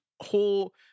Whole